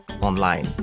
online